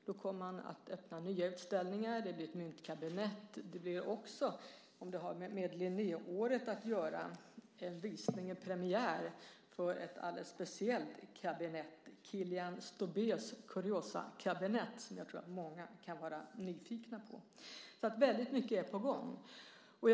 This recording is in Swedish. Då kommer man att öppna nya utställningar. Det blir ett myntkabinett, och det blir också - det har kanske med Linnéåret att göra - en premiär för ett alldeles speciellt kabinett, Killian Stobaeus kuriosakabinett, som jag tror att många kan vara nyfikna på. Väldigt mycket är alltså på gång.